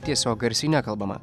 tiesiog garsiai nekalbama